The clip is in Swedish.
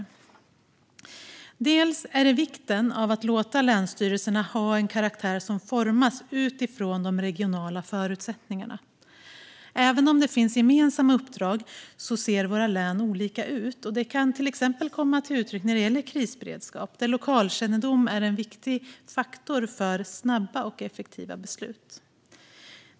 Riksrevisionens rapport om reger-ingens styrning av länsstyrelserna Den första är vikten av att låta länsstyrelserna ha en karaktär som formas av de regionala förutsättningarna. Även om det finns gemensamma uppdrag ser våra län olika ut. Det kan till exempel komma till uttryck när det gäller krisberedskap där lokalkännedom är en viktig faktor för snabba och effektiva beslut.